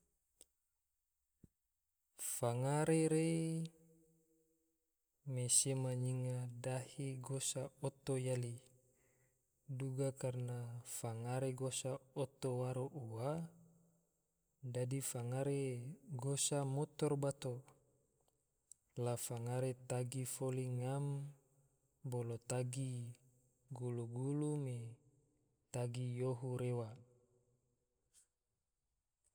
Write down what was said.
Fangare re me sema nyinga dahe gosa oto yali, duga karna fangare gosa oto waro ua, dadi fangare gosa motor bato, la fangare tagi foli ngam, bolo tagi gulu-gulu me tagi yohu rewa